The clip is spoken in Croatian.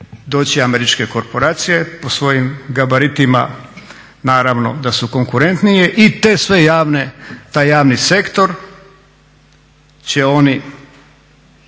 doći američke korporacije po svojim gabaritima naravno da su konkurentnije i te sve javne, taj javni sektor će oni